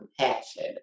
compassion